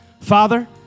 Father